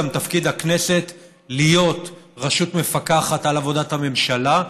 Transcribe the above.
תפקיד הכנסת גם להיות רשות מפקחת על עבודת הממשלה,